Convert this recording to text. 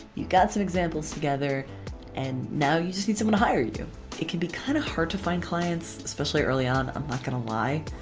you've got some examples together and now you just need someone to hire you! it can be kind of hard to find clients, especially early on, i'm not gonna lie.